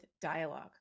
Dialogue